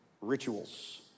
rituals